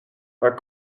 are